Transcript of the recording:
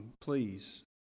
please